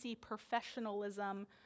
professionalism